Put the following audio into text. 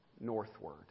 northward